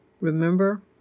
Remember